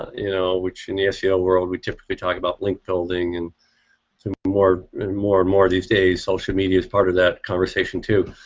you know? which in the ah seo world we typically talk about link building and some more more and more of these days social media is part of that conversation too.